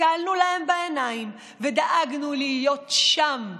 הסתכלנו להם בעיניים ודאגנו להיות שם,